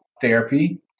therapy